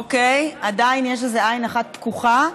אוקיי, עדיין יש איזו עין אחת פקוחה,